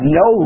no